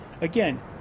Again